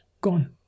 gone